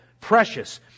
precious